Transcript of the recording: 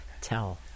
tell